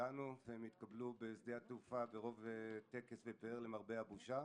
כולנו והתקבלו בשדה התעופה ברוב טקס ופאר למרבה הבושה,